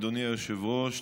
אדוני היושב-ראש.